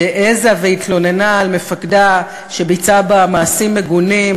שהעזה והתלוננה על מפקדה שביצע בה מעשים מגונים,